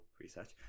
research